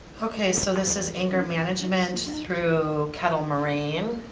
okay, so this is anger management through kettle moraine,